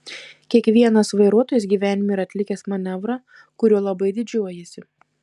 kiekvienas vairuotojas gyvenime yra atlikęs manevrą kuriuo labai didžiuojasi